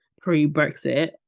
pre-Brexit